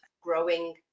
growing